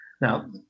Now